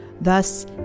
Thus